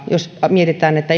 jos mietitään että